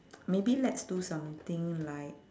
maybe let's do something like